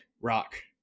rock